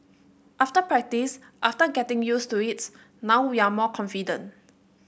after practice after getting used to it now we are more confident